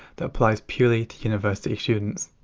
that applies purely to university students.